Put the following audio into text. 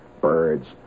birds